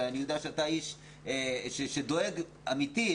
ואני יודע שאתה איש שדואג אמיתי.